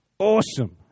awesome